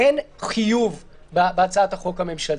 אין חיוב בהצעת החוק הממשלתית.